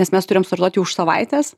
nes mes turėjom startuoti už savaitės